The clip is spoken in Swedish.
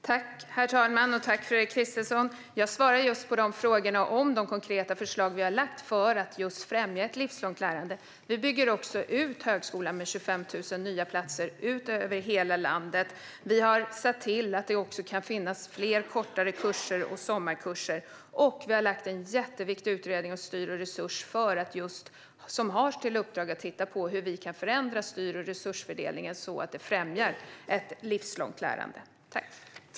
Herr talman! Tack, Fredrik Christensson! Jag svarade just på frågorna om de konkreta förslag vi har lagt fram för att främja ett livslångt lärande. Vi bygger ut högskolan med 25 000 nya platser över hela landet, vi har sett till att det ska finnas fler kortare kurser och sommarkurser och vi har tillsatt en jätteviktig utredning - Styr och resursutredningen - som har i uppdrag att titta på hur styrningen och resursfördelningen kan förändras så att ett livslångt lärande främjas.